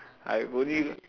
I've only